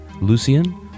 Lucian